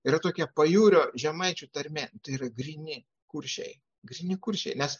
yra tokia pajūrio žemaičių tarmė tai yra gryni kuršiai gryni kuršiai nes